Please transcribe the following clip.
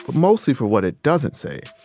mostly for what it doesn't say.